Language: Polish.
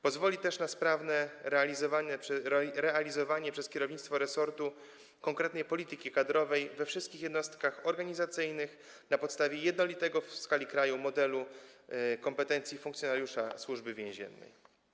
Pozwoli też na sprawne realizowanie przez kierownictwo resortu konkretnej polityki kadrowej we wszystkich jednostkach organizacyjnych, na podstawie jednolitego w skali kraju modelu kompetencji funkcjonariusza Służby Więziennej.